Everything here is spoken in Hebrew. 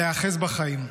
להיאחז בחיים.